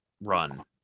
run